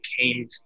came